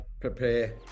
prepare